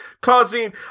causing